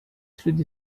through